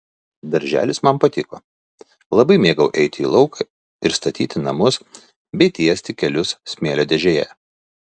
darželis man patiko labai mėgau eiti į lauką ir statyti namus bei tiesti kelius smėlio dėžėje